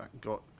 got